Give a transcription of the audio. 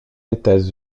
états